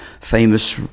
famous